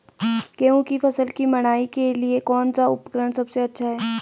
गेहूँ की फसल की मड़ाई के लिए कौन सा उपकरण सबसे अच्छा है?